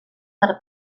per